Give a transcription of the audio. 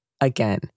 Again